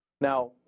Now